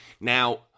Now